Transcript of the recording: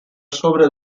sobre